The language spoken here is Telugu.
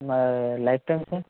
మరి లైఫ్టైమ్ సార్